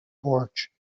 porch